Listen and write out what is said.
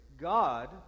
God